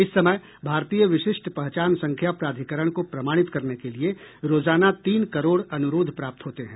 इस समय भारतीय विशिष्ट पहचान संख्या प्राधिकरण को प्रमाणित करने के लिए रोजाना तीन करोड़ अनुरोध प्राप्त होते हैं